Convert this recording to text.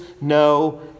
no